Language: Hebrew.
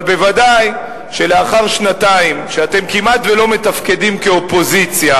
אבל ודאי שלאחר שנתיים שאתם כמעט שלא מתפקדים כאופוזיציה,